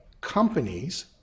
companies